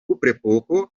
kuprepoko